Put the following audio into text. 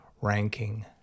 ranking